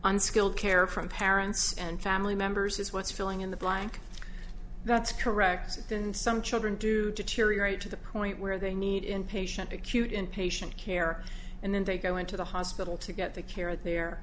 on skilled care from parents and family members is what's filling in the blank that's correct and some children do deteriorate to the point where they need inpatient acute inpatient care and then they go into the hospital to get the care at there